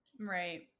Right